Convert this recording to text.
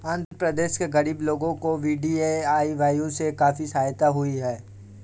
आंध्र प्रदेश के गरीब लोगों को भी डी.ए.वाय से काफी सहायता हुई है